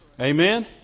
Amen